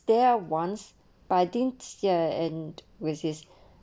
there once but i think ya and with his